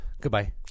Goodbye